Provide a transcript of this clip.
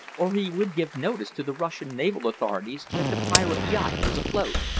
or he would give notice to the russian naval authorities that the pirate yacht was afloat.